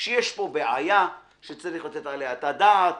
שיש פה בעיה שצריך לתת עליה את הדעת,